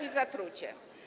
i zatrucie.